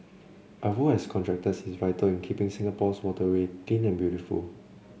our role as contractors is vital in keeping Singapore's waterway clean and beautiful